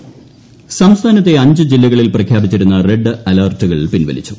മഴ സംസ്ഥാനത്തെ അഞ്ച് ജില്ലകളിൽ പ്രഖ്യാപിച്ചിരുന്ന റെഡ് അലർട്ടുകൾ പിൻവലിച്ചു